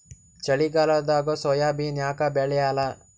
ಚಳಿಗಾಲದಾಗ ಸೋಯಾಬಿನ ಯಾಕ ಬೆಳ್ಯಾಲ?